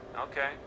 Okay